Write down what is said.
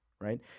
right